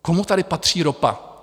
Komu tady patří ropa?